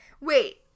Wait